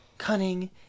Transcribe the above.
cunning